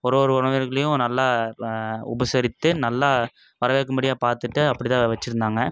ஒரு ஒரு உறவினர்களையும் நல்லா உபசரித்து நல்லா வரவேற்கும்படியா பார்த்துட்டு அப்படி தான் வச்சிருந்தாங்க